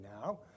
now